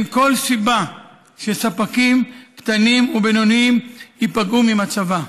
אין כל סיבה שספקים קטנים ובינוניים ייפגעו ממצבה.